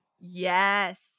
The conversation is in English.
Yes